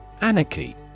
Anarchy